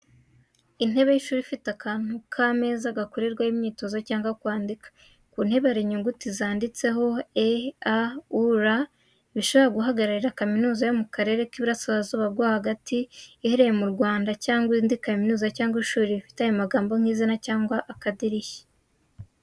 Intebe y'ishuri ifite akantu k'ameza gakorerwaho imyitozo cyangwa kwandika. Ku ntebe hari inyuguti zanditseho E.A.U.R bishobora guhagararira kaminuza yo mu karere k'iburasirazuba bwo hagata iherereye mu Rwanda cyangwa indi kaminuza cyangwa ishuri rifite ayo magambo nk'izina cyangwa akadirishya.